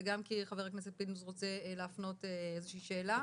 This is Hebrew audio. וגם כי חבר הכנסת פינדרוס רוצה להפנות איזה שהיא שאלה.